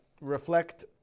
reflect